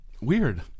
Weird